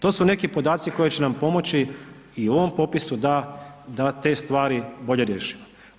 To su neki podaci koji će nam pomoći i u ovom popisu da te stvari bolje riješimo.